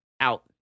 out